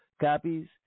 copies